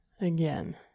again